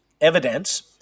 evidence